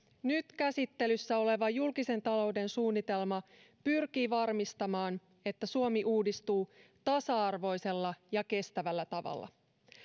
nyt käsittelyssä oleva julkisen talouden suunnitelma pyrkii varmistamaan että suomi uudistuu tasa arvoisella ja kestävällä tavalla